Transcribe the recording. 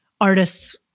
artists